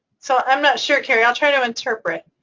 so, i'm not sure, kerri. i'll try to interpret.